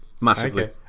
massively